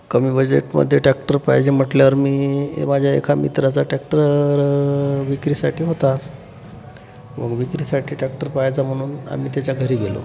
कमी बजेटमध्ये टॅक्टर पाहिजे म्हटल्यावर मी माझ्या एका मित्राचा टॅक्टर विक्रीसाठी होता विक्रीसाठी टॅक्टर पहायचा म्हणून आम्ही त्याच्या घरी गेलो